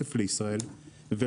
החברה הזאת לא עוזבת את הארץ.